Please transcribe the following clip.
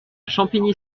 champigny